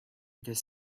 this